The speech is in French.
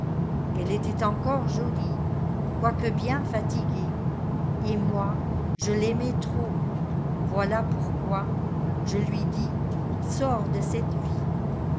elle était encore jolie quoique bien fatiguée et moi je taimai trop voilà pourquoije lui dis sors de cette vie